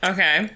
Okay